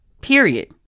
period